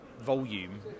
volume